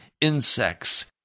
insects